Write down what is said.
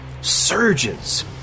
surges